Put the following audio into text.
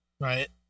right